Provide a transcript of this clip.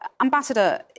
Ambassador